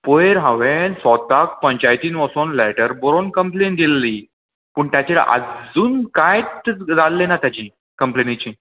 पयर हांवेंन स्वताक पंचायतीन वसोन लॅटर बरोवन कंप्लेन दिल्ली पूण ताचेर आजून कांयच जाल्लें ना ताची कंप्लेनीची